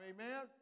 Amen